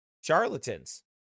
Charlatans